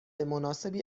مناسبی